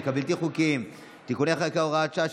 הבלתי-חוקיים (תיקוני חקיקה) (הוראת שעה),